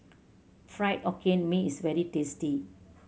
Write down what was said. Fried Hokkien Mee is very tasty